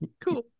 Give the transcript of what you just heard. Cool